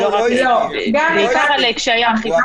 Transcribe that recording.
הוא דיבר בעיקר על קשיי האכיפה.